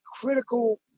critical